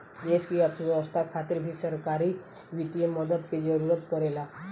देश की अर्थव्यवस्था खातिर भी सरकारी वित्तीय मदद के जरूरत परेला